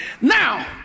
Now